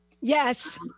Yes